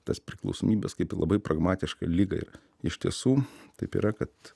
tas priklausomybės kaip į labai pragmatišką ligą yra iš tiesų taip yra kad